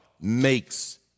makes